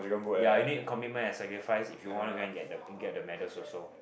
ya you need commitment and sacrifice if you want to go and get the get the medals also